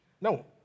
No